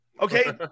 Okay